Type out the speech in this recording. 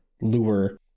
lure